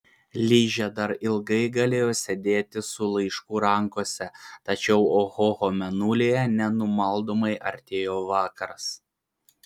ližė dar ilgai galėjo sėdėti su laišku rankose tačiau ohoho mėnulyje nenumaldomai artėjo vakaras